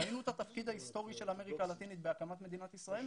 ראינו את התפקיד ההיסטורי של אמריקה הלטינית בהקמת מדינת ישראל,